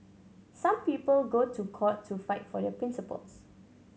some people go to court to fight for their principles